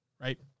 right